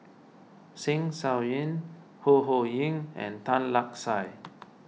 Zeng Shouyin Ho Ho Ying and Tan Lark Sye